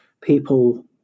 people